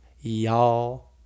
y'all